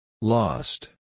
Lost